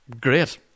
great